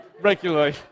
regularly